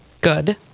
Good